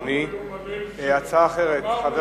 חבר